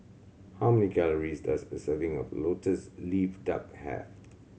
how many calories does a serving of Lotus Leaf Duck have